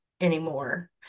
anymore